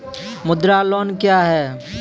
मुद्रा लोन क्या हैं?